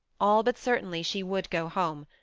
all but certainly she would go home,